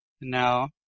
now